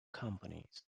companies